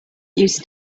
used